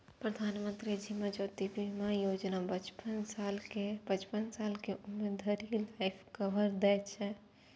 प्रधानमंत्री जीवन ज्योति बीमा योजना पचपन साल के उम्र धरि लाइफ कवर दै छै